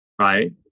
right